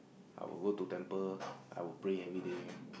I will go to temple I will pray every day